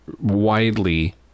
widely